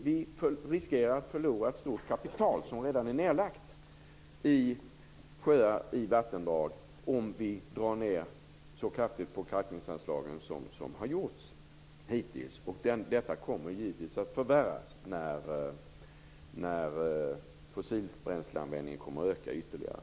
Vi riskerar att förlora ett stort kapital som redan är nedlagt i sjöar och vattendrag om vi drar ned så kraftigt på kalkningsanslagen som har gjorts hittills. Detta kommer givetvis att förvärras när fossilbränsleanvändningen ökar ytterligare.